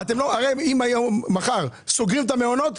אם מחר סוגרים את המעונות,